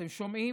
אתם שומעים?